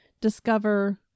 discover